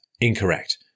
incorrect